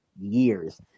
years